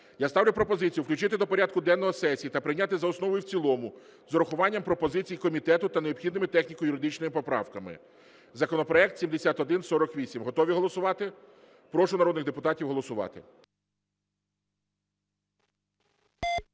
Я ставлю пропозицію включити до порядку денного сесії та прийняти за основу і в цілому з врахуванням пропозицій комітету та необхідними техніко-юридичними поправками законопроект 7148. Готові голосувати? Прошу народних депутатів голосувати.